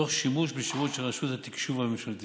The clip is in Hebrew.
תוך שימוש בשירות של רשות התקשוב הממשלתי